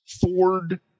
Ford